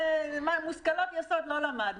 מושכלות יסוד לא למד.